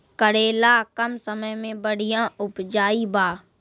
करेला कम समय मे बढ़िया उपजाई बा?